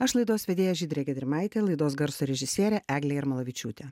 aš laidos vedėja žydrė gedrimaitė laidos garso režisierė eglė jarmalavičiūtė